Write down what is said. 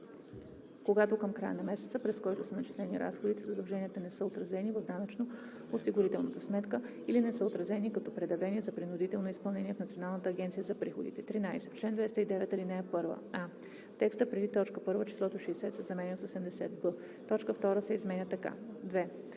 когато към края на месеца, през който са начислени разходите, задълженията не са отразени в данъчно-осигурителната сметка или не са отразени като предявени за принудително изпълнение в Националната агенция за приходите.“ 13. В чл. 209, ал. 1: а) в текста преди т. 1 числото „60“ се заменя с „80“, б) т. 2 се изменя така: „2.